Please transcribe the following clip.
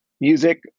music